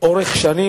אורך שנים,